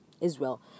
Israel